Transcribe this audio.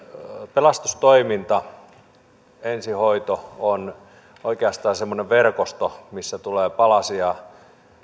pelastustoiminta ensihoito on oikeastaan semmoinen verkosto mihin tulee palasia